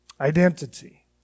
identity